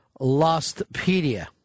Lostpedia